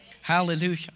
Hallelujah